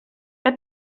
que